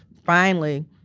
finally,